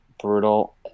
brutal